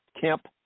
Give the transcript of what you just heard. Kemp